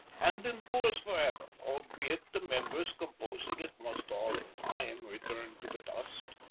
and endures forever, albeit the members composing it must all in time return to the dust?